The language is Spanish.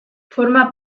forma